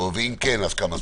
ואם כן, כמה זמן,